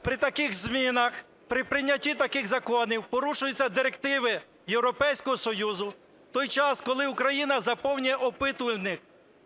при таких змінах, при прийнятті таких законів порушуються директиви Європейського Союзу, в той час, коли Україна заповнює опитувальник